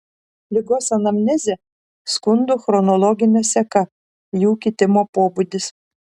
ligos anamnezė skundų chronologinė seka jų kitimo pobūdis